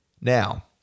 Now